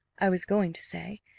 i was going to say,